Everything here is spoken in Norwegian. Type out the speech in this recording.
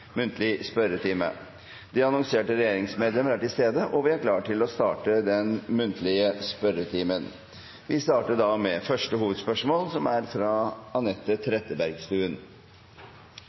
muntlig spørretime. De annonserte regjeringsmedlemmer er til stede, og vi er klare til å starte den muntlige spørretimen. Vi starter med første hovedspørsmål, fra representanten Anette Trettebergstuen.